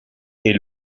est